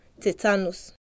tetanus